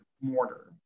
mortar